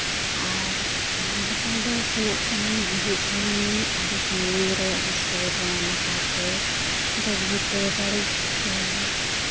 ᱟᱨ ᱡᱟᱦᱟᱸ ᱞᱮᱠᱟ ᱫᱚ ᱥᱮᱱᱚᱜ ᱠᱟᱱᱟ ᱦᱤᱡᱩᱜ ᱠᱟᱱᱟ ᱟᱹᱰᱤ ᱥᱟᱺᱜᱤᱧ ᱨᱮ ᱟᱹᱰᱤ ᱥᱩᱨ ᱨᱮ ᱱᱟᱯᱟᱭ ᱛᱮ ᱵᱩᱜᱤ ᱛᱮ ᱵᱟᱹᱲᱤᱡ ᱛᱮ